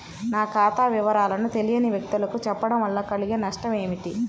నా ఖాతా వివరాలను తెలియని వ్యక్తులకు చెప్పడం వల్ల కలిగే నష్టమేంటి?